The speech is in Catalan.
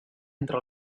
entre